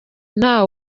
nta